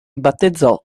battezzò